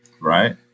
Right